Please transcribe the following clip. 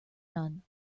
none